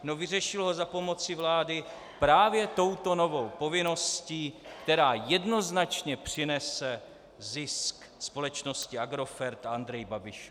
No vyřešil ho za pomocí vlády právě touto novou povinností, která jednoznačně přinese zisk společnosti Agrofert a Andreji Babišovi.